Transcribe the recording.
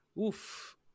oof